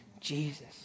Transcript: Jesus